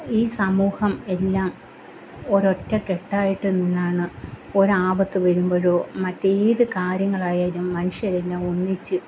ഈ സമൂഹം എല്ലാം ഒരൊറ്റ കെട്ടായിട്ട് നിന്നാണ് ഒരു ആപത്ത് വരുമ്പോഴോ മറ്റേത് കാര്യങ്ങളായാലും മനുഷ്യരെല്ലാം ഒന്നിച്ച്